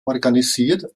organisiert